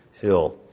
hill